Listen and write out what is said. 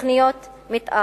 תוכניות מיתאר.